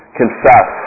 confess